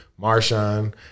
Marshawn